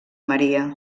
maria